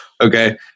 Okay